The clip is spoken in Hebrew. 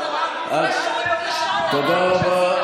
תודה רבה.